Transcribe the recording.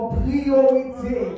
priority